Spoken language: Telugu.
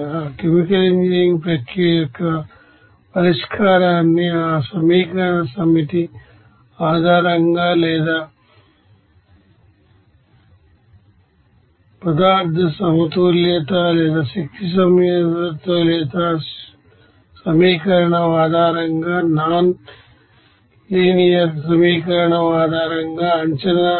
ఆ కెమికల్ ఇంజనీరింగ్ ప్రక్రియ యొక్క పరిష్కారాన్ని ఆలినియర్ ఈక్వేషన్ ఆధారంగా లేదా మెటీరియల్ బాలన్స్ లేదా ఎనర్జీ బాలన్స్ ఈక్వేషన్ ఆధారంగా నాన్ లీనియర్ సమీకరణం ఆధారంగా అంచనా